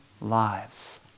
lives